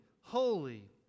holy